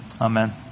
amen